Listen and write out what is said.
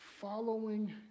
following